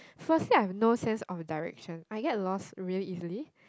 firstly I have no sense of direction I get lost really easily